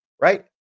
right